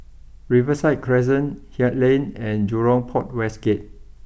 Riverside Crescent Haig Lane and Jurong Port West Gate